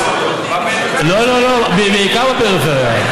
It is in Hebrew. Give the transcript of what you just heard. בעיקר בפריפריה.